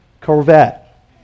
Corvette